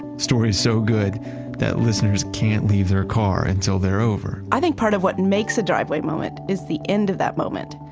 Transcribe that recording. stories so good that listeners can't leave their car until they're over i think part of what makes a driveway moment is the end of that moment.